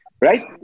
right